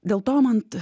dėl to man